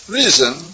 reason